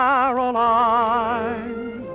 Caroline